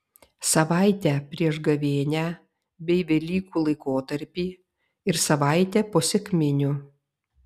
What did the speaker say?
savaitę prieš gavėnią bei velykų laikotarpį ir savaitę po sekminių